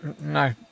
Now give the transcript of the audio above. No